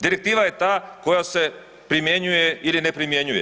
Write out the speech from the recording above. Direktiva je ta koja se primjenjuje ili ne primjenjuje.